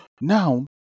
now